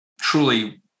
truly